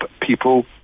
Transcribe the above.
people